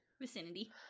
vicinity